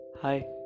Hi